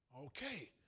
Okay